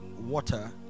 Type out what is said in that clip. water